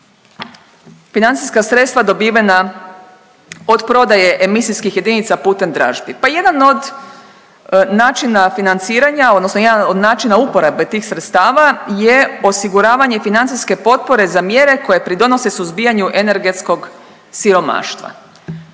financijska sredstva dobivena od prodaje emisijskih jedinica putem dražbi. Pa jedan od načina financiranja odnosno jedan od načina uporabe tih sredstava je osiguravanje financijske potpore za mjere koje pridonose suzbijanju energetskog siromaštva,